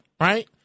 right